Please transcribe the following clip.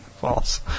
False